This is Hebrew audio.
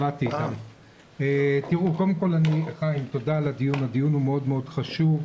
חיים, תודה על הדיון שהוא מאוד מאוד חשוב.